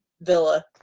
Villa